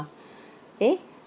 eh